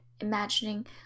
Imagining